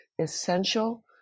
essential